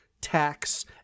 tax